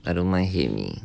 I don't mind hae mee